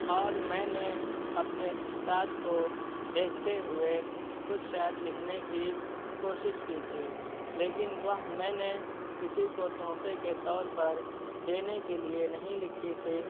اور میں نے اپنے استاد کو دیکھتے ہوئے کچھ شعر لکھنے کی کوشش کی تھی لیکن وہ میں نے کسی کو تحفے کے طور پر دینے کے لیے نہیں لکھی تھی